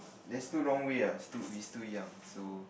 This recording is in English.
there's still long way lah we still we still young so